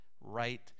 right